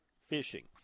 fishing